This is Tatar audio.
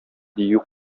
дию